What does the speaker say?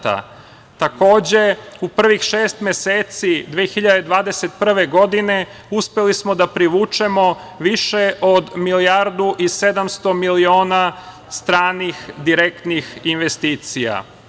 Takođe, u prvih šest meseci 2021. godine uspeli smo da privučemo više od milijardu i 700 miliona stranih direktnih investicija.